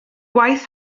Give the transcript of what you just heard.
gwaith